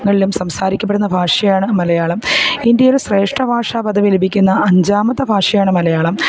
ഇടങ്ങളിലും സംസാരിക്കപ്പെടുന്ന ഭാഷയാണ് മലയാളം ഇന്ത്യയിൽ ശ്രേഷ്ഠഭാഷാ പദവി ലഭിക്കുന്ന അഞ്ചാമത്തെ ഭാഷയാണ് മലയാളം